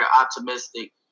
optimistic